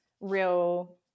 real